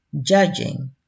judging